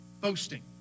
Boasting